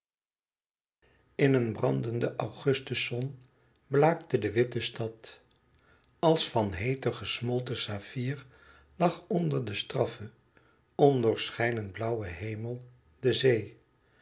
in een brandende augustus zon blaakte de witte stad als van hette gesmolten saffier lag onder den straffen ondoorschijnend blauwen hemel de zee